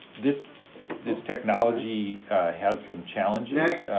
this this technology has some challenges.